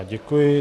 Děkuji.